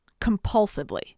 compulsively